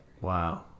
Wow